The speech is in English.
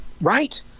right